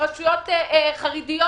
לזלזל וחייבים לתת להם את זה.